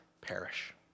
perish